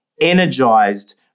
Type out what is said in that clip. energized